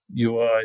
UI